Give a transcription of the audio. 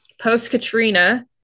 Post-Katrina